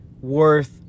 worth